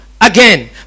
again